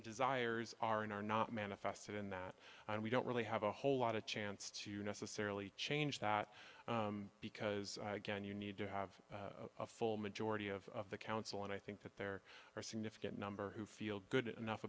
desires are and are not manifested in that and we don't really have a whole lot of chance to necessarily change that because again you need to have a full majority of the council and i think that there are significant number who feel good enough